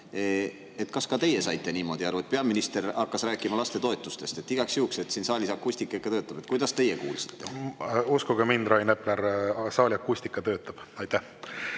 Kas ka teie saite niimoodi aru? Peaminister hakkas rääkima lastetoetustest. Igaks juhuks: kas siin saalis akustika ikka töötab? Kuidas teie kuulsite? Uskuge mind, Rain Epler, saalis akustika töötab. Nii,